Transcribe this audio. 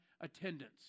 attendance